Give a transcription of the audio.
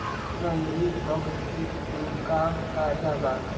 गंधी बग कीट के का फायदा बा?